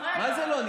מה זה לא אני?